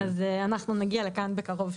אז אנחנו נגיע לכאן בקרוב שוב.